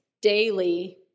daily